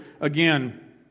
again